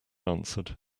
answered